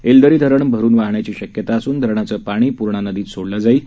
येलदरी धरण भरून वाहण्याची शक्यता असून धरणाचं पाणी पूर्णा नदीत सोडलं जाईल